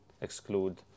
exclude